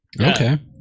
Okay